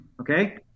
Okay